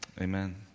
amen